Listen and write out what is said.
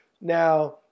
Now